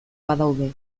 badaude